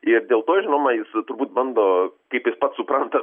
ir dėl to žinoma jis turbūt bando kaip jis pats supranta